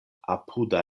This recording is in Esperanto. apuda